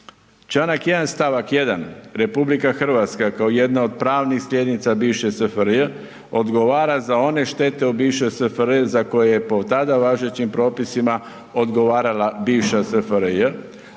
Članka 1. stavak 1. RH kao jedna od pravnih slijednica bivše SFRJ odgovara za one štete u bivšoj SFRJ za koje je po tada važećim propisima odgovarala bivša SFRJ,